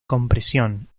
compresión